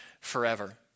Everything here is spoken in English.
forever